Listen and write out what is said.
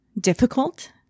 difficult